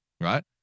right